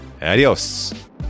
Adios